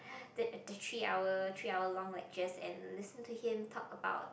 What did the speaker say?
the the three hour three hour long lectures and listen to him talk about